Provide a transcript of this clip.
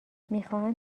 میخواهند